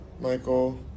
Michael